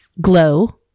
glow